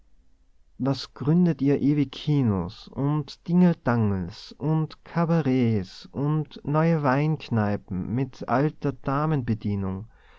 was gründet ihr ewig kinos und tingeltangels und kabaretts und neue weinkneipen mit alter